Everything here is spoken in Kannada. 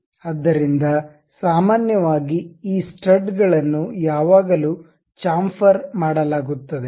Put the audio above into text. ಆದ್ದರಿಂದ ಸಾಮಾನ್ಯವಾಗಿ ಈ ಸ್ಟಡ್ಗಳನ್ನು ಯಾವಾಗಲೂ ಚಾಂಫರ್ ಮಾಡಲಾಗುತ್ತದೆ